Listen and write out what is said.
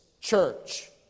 church